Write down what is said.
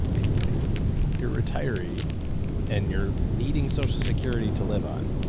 if you're a retiree and you're needing social security to live on,